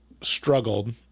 struggled